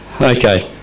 Okay